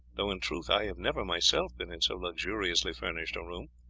though in truth i have never myself been in so luxuriously furnished a room.